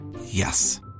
Yes